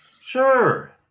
Sure